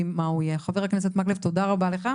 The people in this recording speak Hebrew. חבר הכנסת מקלב, תודה רבה לך.